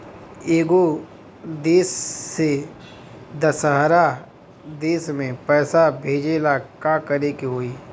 एगो देश से दशहरा देश मे पैसा भेजे ला का करेके होई?